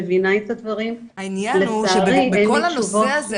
מבינה את הדברים ולצערי אין לי תשובות.